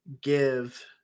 give